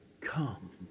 Come